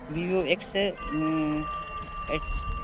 Vivo X S eight